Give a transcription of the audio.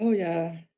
yeah,